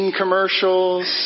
commercials